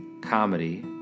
comedy